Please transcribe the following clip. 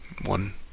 One